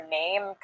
name